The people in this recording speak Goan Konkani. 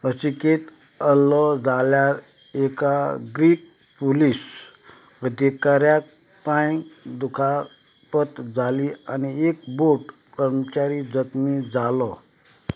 अचकीत अल्लो जाल्यार एका ग्रीक पुलीस अधिकाऱ्याक पांयांक दुखापत जाली आनी एक बोट कर्मचारी जखमी जालो